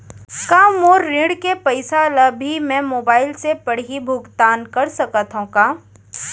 का मोर ऋण के पइसा ल भी मैं मोबाइल से पड़ही भुगतान कर सकत हो का?